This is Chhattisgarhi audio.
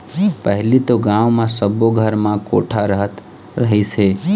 पहिली तो गाँव म सब्बो घर म कोठा रहत रहिस हे